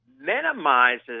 minimizes